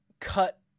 cut